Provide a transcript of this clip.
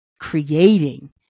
creating